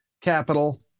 capital